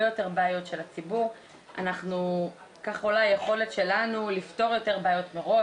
יותר בעיות של הציבור כך עולה היכולת שלנו לפתור יותר בעיות מראש.